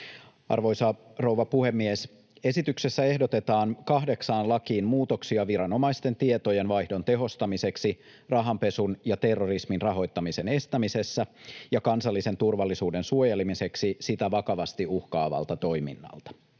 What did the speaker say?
Arvoisa rouva puhemies! Esityksessä ehdotetaan kahdeksaan lakiin muutoksia viranomaisten tietojenvaihdon tehostamiseksi rahanpesun ja terrorismin rahoittamisen estämisessä ja kansallisen turvallisuuden suojelemiseksi sitä vakavasti uhkaavalta toiminnalta.